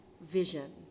vision